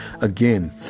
again